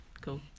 cool